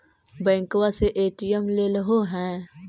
बैंकवा से ए.टी.एम लेलहो है?